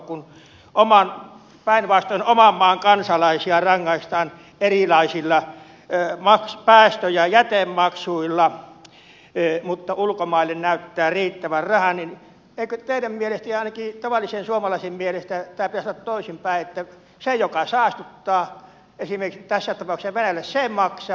kun päinvastoin oman maan kansalaisia rangaistaan erilaisilla päästö ja jätemaksuilla mutta ulkomaille näyttää riittävän rahaa niin eikö teidän mielestänne ja ainakin tavallisen suomalaisen mielestä tämän pitäisi olla toisin päin että se joka saastuttaa esimerkiksi tässä tapauksessa venäjä se maksaa